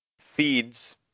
feeds